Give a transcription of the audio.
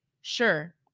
sure